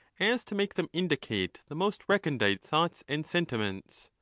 as to make them indicate the most recondite thoughts and sentiments.